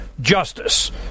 justice